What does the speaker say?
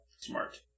Smart